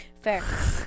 Fair